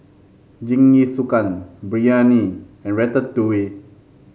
Jingisukan Biryani and Ratatouille